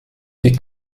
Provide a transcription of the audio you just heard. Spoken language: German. die